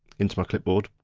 into my clipboard.